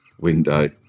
window